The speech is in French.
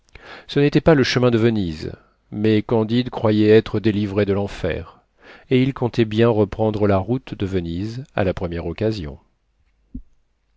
ce n'était pas le chemin de venise mais candide croyait être délivré de l'enfer et il comptait bien reprendre la route de venise à la première occasion